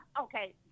Okay